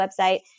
website